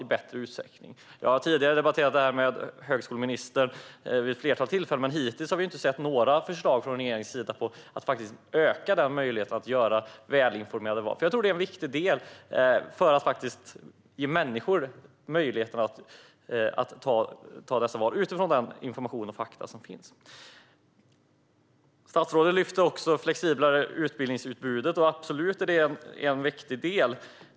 Jag har tidigare vid ett flertal tillfällen debatterat detta med högskoleministern, men hittills har vi inte sett några förslag från regeringens sida om att faktiskt öka människors möjligheter att göra välinformerade val. Jag tror att det är en viktig del för att ge människor möjlighet att göra dessa val utifrån den information och de fakta som finns. Statsrådet lyfter också fram ett flexiblare utbildningsutbud. Det är absolut en viktig del.